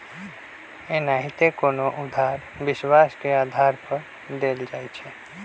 एनाहिते कोनो उधार विश्वास के आधार पर देल जाइ छइ